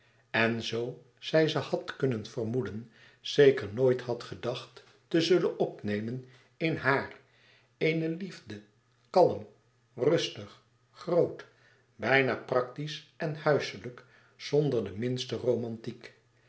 en zoo zij ze had kunnen vermoeden zeker nooit had gedacht te zullen opnemen in hààr eene liefde kalm rustig groot bijna practisch en huiselijk zonder de minste romantiek